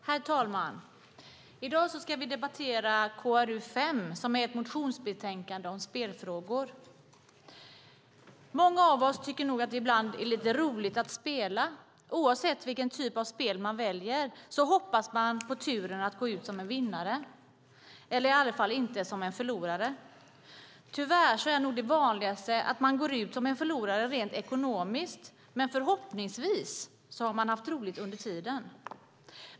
Herr talman! I dag ska vi debattera KrU5, som är ett motionsbetänkande om spelfrågor. Många av oss tycker nog att det ibland är lite roligt att spela. Oavsett vilken typ av spel man väljer hoppas man på turen att gå ut som en vinnare, eller i alla fall inte som en förlorare. Tyvärr är nog det vanligaste att man går ut som en förlorare rent ekonomiskt, men förhoppningsvis har man haft roligt under tiden.